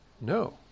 No